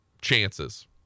chances